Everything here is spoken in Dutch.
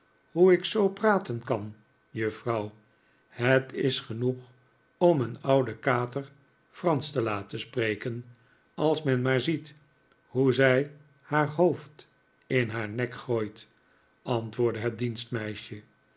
hoe ik zoo praten kan juffrouw het is genoeg om een ouden kater fransch te laten spreken als men maar ziet hoe zij haar hoofd in haar nek gooit antwoordde het